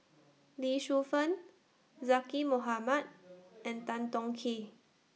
Lee Shu Fen Zaqy Mohamad and Tan Tong Hye